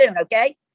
Okay